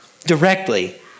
directly